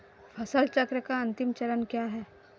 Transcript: फसल चक्र का अंतिम चरण क्या है?